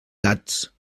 gats